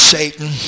Satan